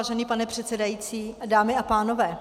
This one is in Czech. Vážený pane předsedající, dámy a pánové.